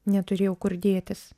neturėjau kur dėtis